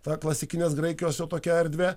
ta klasikinės graikijos jau tokia erdvė